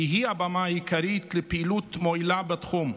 שהיא הבמה העיקרית לפעילות מועילה בתחום.